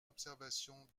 observation